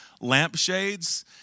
lampshades